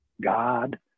God